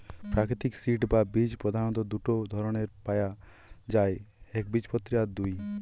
প্রাকৃতিক সিড বা বীজ প্রধাণত দুটো ধরণের পায়া যায় একবীজপত্রী আর দুই